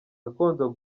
gakondo